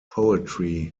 poetry